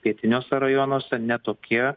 pietiniuose rajonuose ne tokie